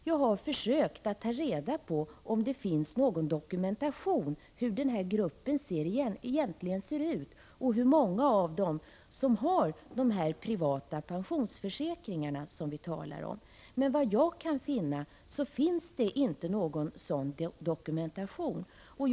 Jag har försökt att ta reda på om det finns någon dokumentation om hur den här gruppen egentligen ser ut och hur många det är som har de privata pensionsförsäkringar som vi talar om. Vad jag kan finna finns det inte någon dokumentation om detta.